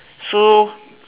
so